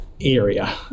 Area